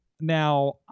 Now